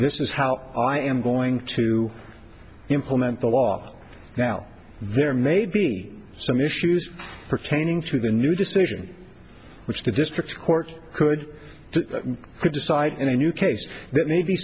this is how i am going to implement the law now there may be some issues pertaining to the new decision which the district court could decide in a new case that may be